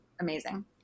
amazing